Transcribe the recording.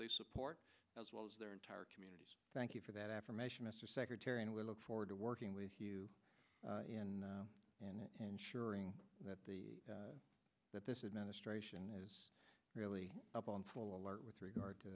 families support as well as their entire community thank you for that affirmation mr secretary and we look forward to working with you in and ensuring that the that this administration is really up on full alert with regard to